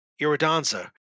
Iridanza